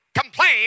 complain